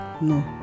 No